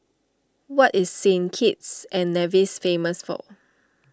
what is Saint Kitts and Nevis famous for